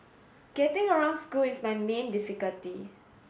getting around school is my main difficulty